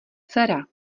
dcera